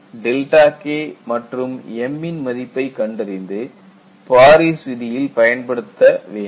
C ΔK மற்றும் m ன் மதிப்பை கண்டறிந்து பாரிஸ் வீதியில் பயன்படுத்த வேண்டும்